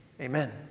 Amen